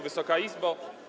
Wysoka Izbo!